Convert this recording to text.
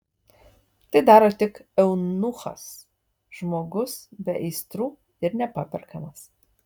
tai daro tik eunuchas žmogus be aistrų ir nepaperkamas